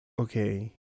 okay